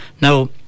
now